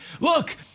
look